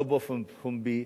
לא באופן פומבי.